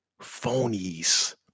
phonies